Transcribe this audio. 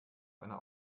einer